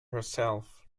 herself